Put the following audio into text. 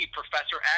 professor